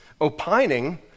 opining